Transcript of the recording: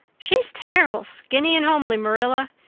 she's terrible skinny and homely, marilla.